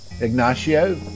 Ignacio